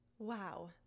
Wow